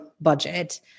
budget